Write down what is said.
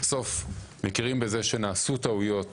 בסוף מכירים בזה שנעשו טעויות